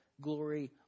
glory